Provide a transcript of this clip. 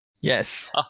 Yes